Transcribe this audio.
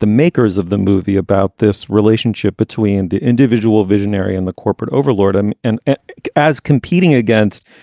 the makers of the movie about this relationship between the individual visionary and the corporate overlord. um and as competing against,